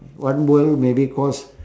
one bowl maybe cost